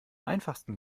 einfachsten